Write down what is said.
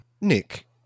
Nick